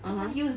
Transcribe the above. (uh huh)